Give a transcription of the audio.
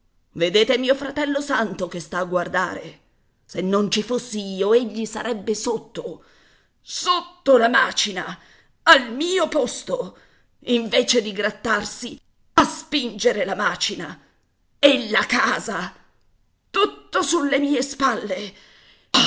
vedete mio fratello santo che sta a guardare se non ci fossi io egli sarebbe sotto sotto la macina al mio posto invece di grattarsi a spingere la macina e la casa tutto sulle mie spalle